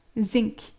Zinc